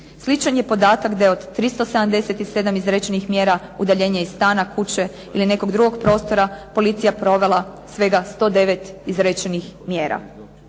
Sličan je podatak da je od 377 izrečenih mjera udaljenje iz stana, kuće ili nekog drugog prostora, policija provela svega 109 izrečenih mjera.